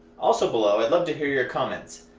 also below i'd love to hear your comments,